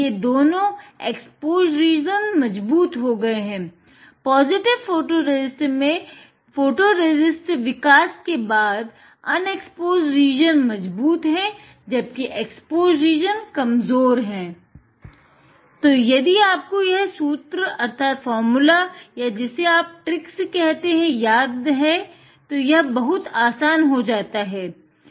तो अगर आपको यह सूत्र अर्थात फ़ॉर्मूला या जिसे आप ट्रिक्स कहते हैं याद है तो यह बहुत आसान हो जाता है